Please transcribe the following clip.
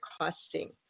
costing